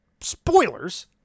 Spoilers